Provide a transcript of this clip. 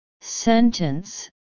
Sentence